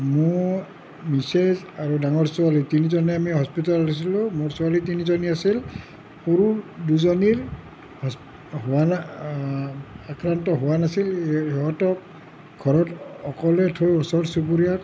আমাৰ মিছেচ ডাঙৰ ছোৱালী তিনিজনেই হস্পিটেলত আছিলো মোৰ ছোৱালী তিনিজনী অছিল সৰু দুজনী আক্ৰান্ত হোৱা নাছিল সিহঁতক ঘৰত অকলে থৈ ওচৰ চুবুৰীয়াক